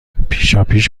پیشاپیش